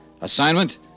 Assignment